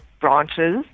branches